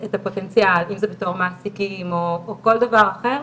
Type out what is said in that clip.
הפוטנציאל אם זה בתור מעסיקים או כל דבר אחר,